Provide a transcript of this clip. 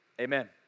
Amen